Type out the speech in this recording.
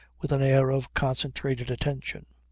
with an air of concentrated attention.